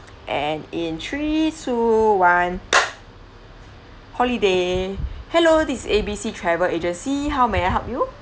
and in three two one holiday hello this is A B C travel agency how may I help you